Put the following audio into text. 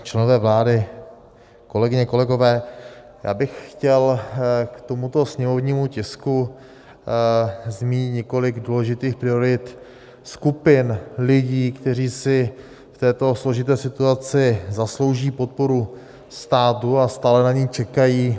Členové vlády, kolegyně, kolegové, já bych chtěl k tomuto sněmovnímu tisku zmínit několik důležitých priorit skupin lidí, kteří si v této složité situaci zaslouží podporu státu a stále na ni čekají.